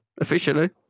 officially